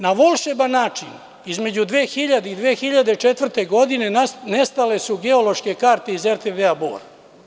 Na volšeban način, između 2000. i 2004. godine nestale su geološke karte iz RTB Bor.